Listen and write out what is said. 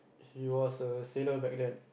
he was a sailor back then